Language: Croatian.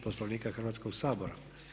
Poslovnika Hrvatskog sabora.